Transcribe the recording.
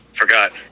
Forgot